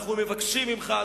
אנחנו מבקשים ממך,